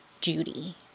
Judy